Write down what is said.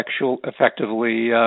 effectively